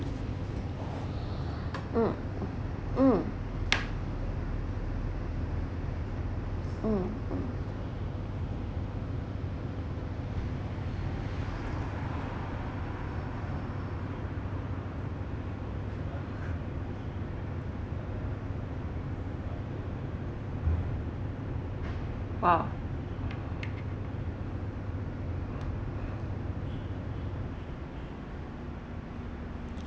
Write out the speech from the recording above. mm mm !wah!